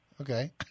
Okay